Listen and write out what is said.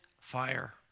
fire